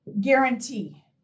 Guarantee